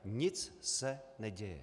Nic se neděje.